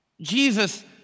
Jesus